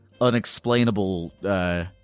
unexplainable